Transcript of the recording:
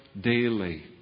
daily